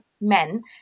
men